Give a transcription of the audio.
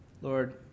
Lord